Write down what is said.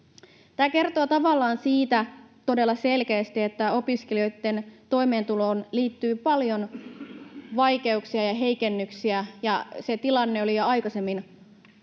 Tämä kertoo tavallaan todella selkeästi siitä, että opiskelijoitten toimeentuloon liittyy paljon vaikeuksia ja heikennyksiä. Se tilanne oli jo aikaisemmin